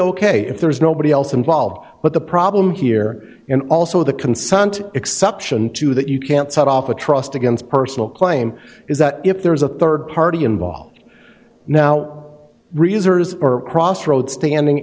ok if there's nobody else involved but the problem here and also the consent exception to that you can't set off a trust against personal claim is that if there is a rd party involved now reserves or crossroads standing